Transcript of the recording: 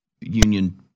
union